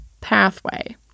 pathway